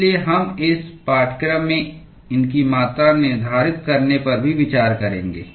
इसलिए हम इस पाठ्यक्रम में इनकी मात्रा निर्धारित करने पर भी विचार करेंगे